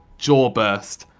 jawburst,